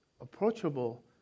Approachable